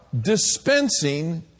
dispensing